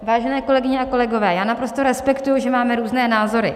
Vážené kolegyně a kolegové, já naprosto respektuji, že máme různé názory.